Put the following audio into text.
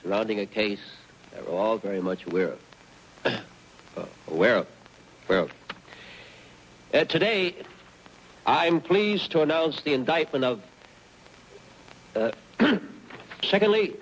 surrounding a case all very much where where where i'm at today i'm pleased to announce the indictment of secondly